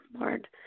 lord